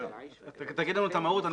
תגיד לנו את המהות.